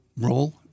role